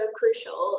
crucial